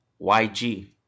YG